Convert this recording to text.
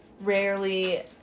rarely